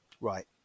Right